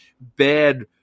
bad